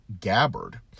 Gabbard